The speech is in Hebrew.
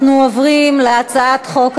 אנחנו עוברים להצעת החוק הבאה: